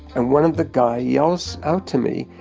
and one of the guys yells out to me,